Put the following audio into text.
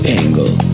angle